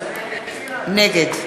נגד